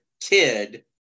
kid